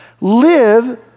live